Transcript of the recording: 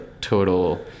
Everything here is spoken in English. total